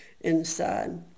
inside